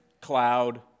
cloud